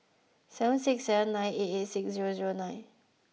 seven six seven nine eight eight six zero zero nine